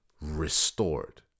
restored